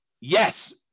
Yes